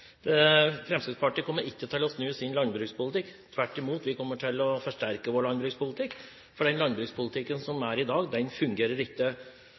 Fremskrittspartiet kommer ikke til å snu sin landbrukspolitikk, tvert imot. Vi kommer til å forsterke vår landbrukspolitikk, for den landbrukspolitikken som er i dag, fungerer ikke.